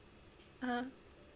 (uh huh)